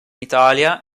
italia